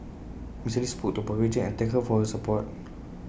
Mister lee spoke to A property agent and thank her for her support